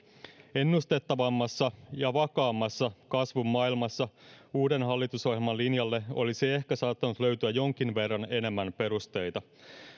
ennustettavammassa ja vakaamman kasvun maailmassa uuden hallitusohjelman linjalle olisi ehkä saattanut löytyä jonkin verran enemmän perusteita